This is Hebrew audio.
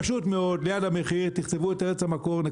פשוט מאוד, ליד המחיר תכתבו את ארץ המקור.